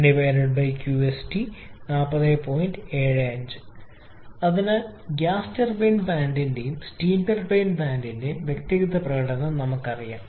75 അതിനാൽ gas turbine പ്ലാന്റിന്റെയും steam turbine പ്ലാന്റിന്റെയും വ്യക്തിഗത പ്രകടനം നമുക്കറിയാം